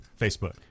Facebook